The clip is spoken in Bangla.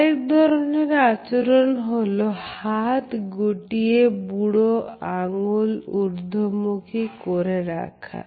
আরেক ধরনের আচরণ হলো হাত গুটিয়ে বুড়ো আঙ্গুল ঊর্ধ্বমুখী করে রাখা